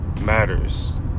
matters